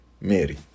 mary